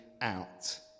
out